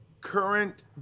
current